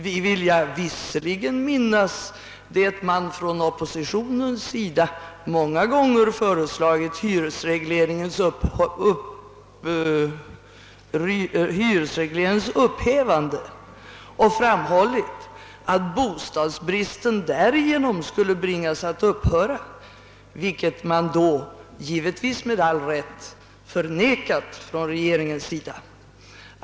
Vi vilja visserligen minnas det man från oppositionens sida många gånger föreslagit hyresregleringens upphävande och framhållit att bostadsbristen därigenom skulle bringas att upphöra, vilket man då, givetvis med all rätt, förnekat från regeringens sida.